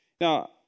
Now